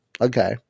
Okay